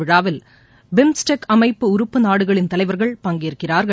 விழாவில் பிம்ஸ்டெக் அமைப்பு உறுப்பு நாடுகளின் தலைவர்கள் பங்கேற்கிறார்கள்